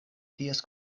ties